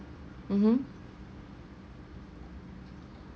mmhmm